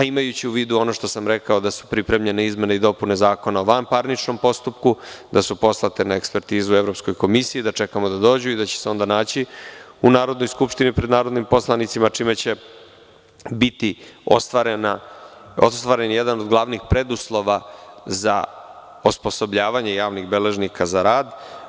Imajući u vidu ono što sam rekao da su pripremljene izmene i dopune Zakona o vanparničnom postupku, da su poslate na ekspertizu Evropskoj komisiji, da čekamo da dođu i da će se onda naći u Narodnoj skupštini, pred narodnim poslanicima čime će biti ostvaren jedan od glavnih preduslova za osposobljavanje javnih beležnika za rad.